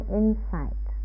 insight